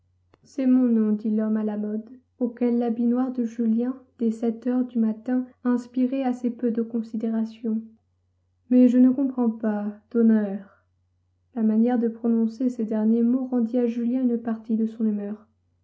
c'est mon nom dit l'homme à la mode auquel l'habit noir de julien dès sept heures du matin inspirait assez peu de considération mais je ne comprends pas d'honneur la manière de prononcer ces derniers mots rendit à julien une partie de son humeur